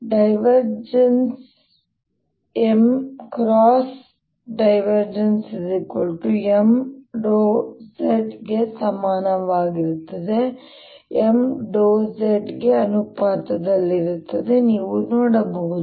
M M z ಗೆ ಸಮನಾಗಿರುತ್ತದೆ ಮತ್ತು M z ಗೆ ಅನುಪಾತದಲ್ಲಿರುತ್ತದೆ ಎಂದು ನೀವು ನೋಡಬಹುದು